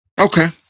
Okay